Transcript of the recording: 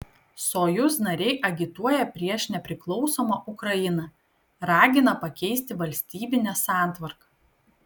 sojuz nariai agituoja prieš nepriklausomą ukrainą ragina pakeisti valstybinę santvarką